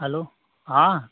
हलौ हाँ